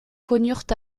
connurent